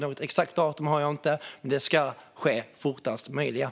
Något exakt datum har jag inte, men det ska ske så fort som möjligt.